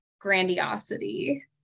grandiosity